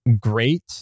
great